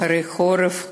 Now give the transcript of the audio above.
אחרי חורף קר,